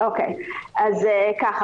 אז ככה.